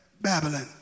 Babylon